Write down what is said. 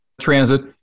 transit